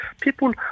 people